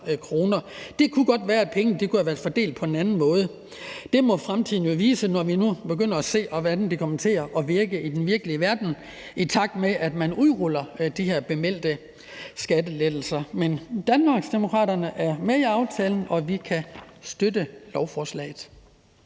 godt kunne være, at pengene kunne have været fordelt på en anden måde. Men det må fremtiden jo vise, når vi nu begynder at se, hvordan det kommer til at virke i den virkelige verden, i takt med at man udruller de bemeldte skattelettelser. Men Danmarksdemokraterne er med i aftalen, og vi kan støtte lovforslaget.